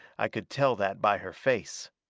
i could tell that by her face.